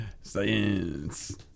Science